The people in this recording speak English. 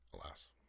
alas